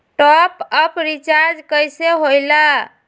Top up recharge कइसे होएला?